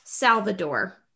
Salvador